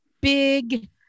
big